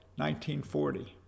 1940